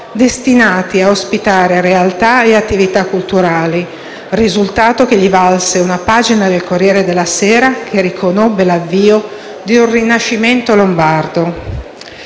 destinati a ospitare realtà e attività culturali, risultato che gli valse una pagina del «Corriere della Sera», che riconobbe l'avvio di un "Rinascimento Lombardo".